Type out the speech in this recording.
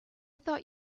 thought